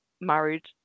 married